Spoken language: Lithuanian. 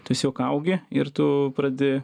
tiesiog augi ir tu pradedi